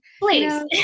Please